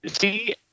See